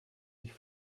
sich